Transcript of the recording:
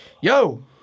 Yo